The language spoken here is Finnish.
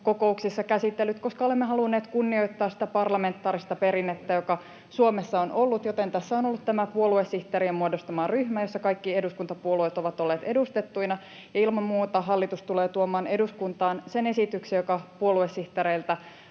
kokouksissa käsitellyt, koska olemme halunneet kunnioittaa sitä parlamentaarista perinnettä, joka Suomessa on ollut, joten tässä on ollut tämä puoluesihteerien muodostama ryhmä, jossa kaikki eduskuntapuolueet ovat olleet edustettuina. Ja ilman muuta hallitus tulee tuomaan eduskuntaan sen esityksen, joka puoluesihteereiltä